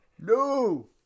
No